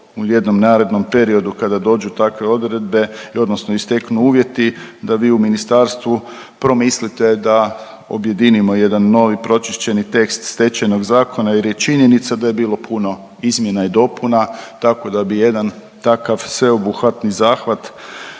u jednom narednom periodu kada dođu takve odredbe odnosno i steknu uvjeti, da vi u ministarstvu promislite da objedinimo jedan novi pročišćeni tekst Stečajnog zakona jer je činjenica da je bilo puno izmjena i dopuna, tako da bi jedan takav sveobuhvatni zahvat